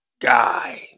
guy